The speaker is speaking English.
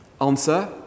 Answer